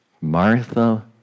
Martha